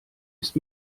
ist